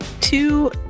two